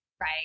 Right